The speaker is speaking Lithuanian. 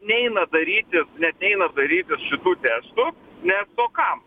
neina darytis net neina darytis šitų testų nes o kam